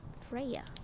Freya